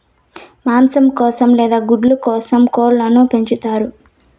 మాంసం కోసం లేదా గుడ్ల కోసం కోళ్ళను పెంచుతారు